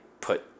put